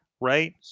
right